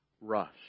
rush